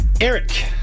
Eric